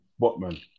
Botman